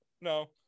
no